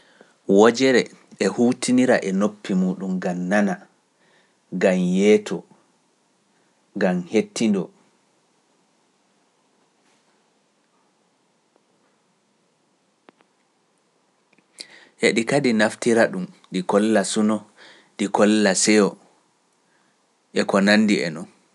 Wojere e huutinira e noppi muuɗum ngam nana, ngam yeeto, ngam hettindoo. E ɗi kadi naftira ɗum ɗi kolla suno, ɗi kolla seyo, e ko nanndi e noon.